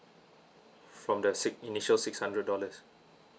from the six initial six hundred dollars